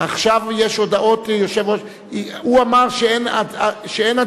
עכשיו יש הודעות יושב-ראש, הוא אמר שאין הצבעות.